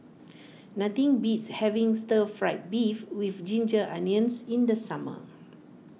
nothing beats having Stir Fried Beef with Ginger Onions in the summer